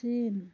চীন